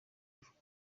ivuga